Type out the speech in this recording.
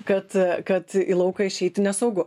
kad kad į lauką išeiti nesaugu